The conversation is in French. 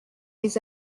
les